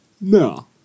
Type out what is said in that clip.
No